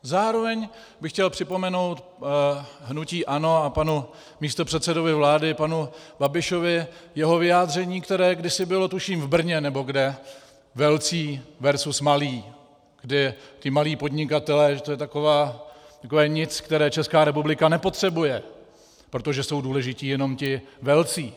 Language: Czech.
Zároveň bych chtěl připomenout hnutí ANO a panu místopředsedovi vlády Babišovi jeho vyjádření, které kdysi bylo, tuším, v Brně nebo kde, velcí versus malí, kde ti malí podnikatelé, že to je takové nic, které Česká republika nepotřebuje, protože jsou důležití jenom ti velcí.